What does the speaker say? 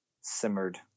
Simmered